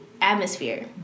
atmosphere